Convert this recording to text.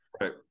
Right